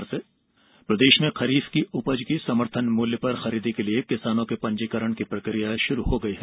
खरीफ उपज पंजीयन प्रदेश में खरीफ की उपज की समर्थन मूल्य पर खरीदी के लिए किसानों की पंजीकरण प्रक्रिया शुरू हो गई है